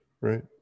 right